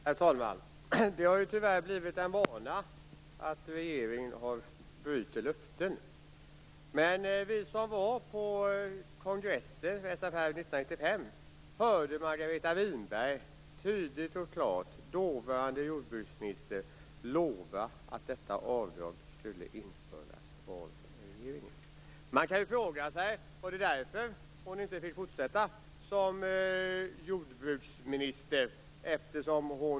Herr talman! Det har tyvärr blivit en vana att regeringen bryter löften. Vi som var på SFR-kongressen 1995 hörde Margareta Winberg, dåvarande jordbruksminister, tydligt och klart lova att detta avdrag skulle införas av regeringen. Man kan fråga sig om det var därför hon inte fick fortsätta som jordbruksminister.